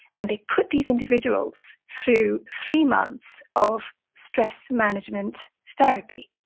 and they put these individuals through three months of stress management therapy,